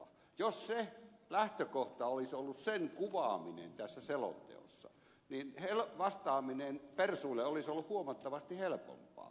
jos lähtökohta olisi ollut sen kuvaaminen tässä selonteossa niin vastaaminen persuille olisi ollut huomattavasti helpompaa